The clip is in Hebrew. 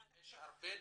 יש הרבה דוברים.